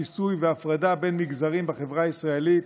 שיסוי והפרדה בין מגזרים בחברה הישראלית,